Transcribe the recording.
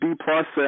B-plus